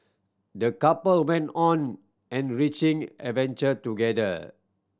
the couple went on an enriching adventure together